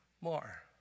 more